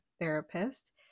therapist